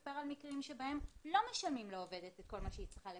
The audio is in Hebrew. לספר על מקרים שבהם לא משלמים לעובדת את כל מה שהיא צריכה לקבל.